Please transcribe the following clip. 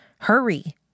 hurry